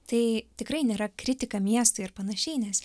tai tikrai nėra kritika miestui ir panašiai nes